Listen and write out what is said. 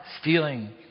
stealing